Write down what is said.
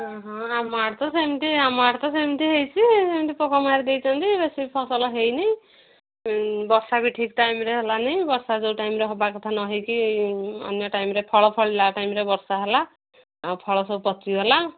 ଓ ହଁ ଆମ ଆଡ଼େ ତ ସେମିତି ଆମ ଆଡ଼େ ତ ସେମିତି ହେଇଛି ସେମିତି ପୋକ ମାରିଦେଇଛନ୍ତି ବେଶୀ ଫସଲ ହେଇନି ଉଁ ବର୍ଷା ବି ଠିକ୍ ଟାଇମ୍ ରେ ହେଲାନି ବର୍ଷା ଯେଉଁ ଟାଇମ୍ ରେ ହେବାକଥା ନ ହେଇକି ଅନ୍ୟ ଟାଇମ୍ ରେ ଫଳ ଫଳିଲା ଟାଇମ୍ ରେ ବର୍ଷା ହେଲା ଆଉ ଫଳ ସବୁ ପଚିଗଲା